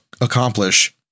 accomplish